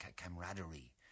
camaraderie